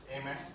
amen